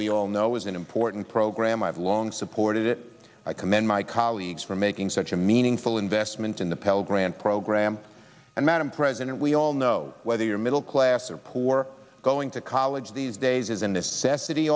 we all know is an important program i've long supported it i commend my colleagues for making such a meaningful investment in the pell grant program and madam president we all know whether you're middle class or poor or going to college these days is a necessity